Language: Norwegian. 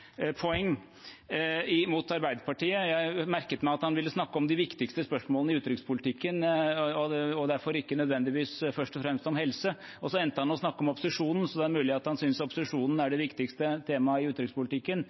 mot Arbeiderpartiet. Jeg merket meg at han ville snakke om de viktigste spørsmålene i utenrikspolitikken og derfor ikke nødvendigvis først og fremst om helse. Så endte han opp med å snakke om opposisjonen, så det er mulig han synes opposisjonen er det viktigste tema i utenrikspolitikken.